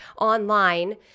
online